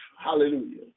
Hallelujah